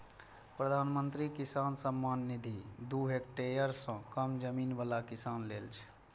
प्रधानमंत्री किसान सम्मान निधि दू हेक्टेयर सं कम जमीन बला किसान लेल छै